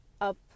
up